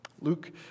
Luke